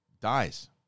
Dies